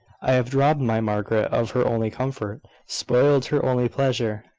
i have robbed my margaret of her only comfort spoiled her only pleasure.